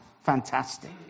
Fantastic